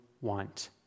want